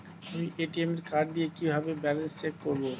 আমি ATM card দিয়ে কিভাবে ব্যালেন্স চেক করব?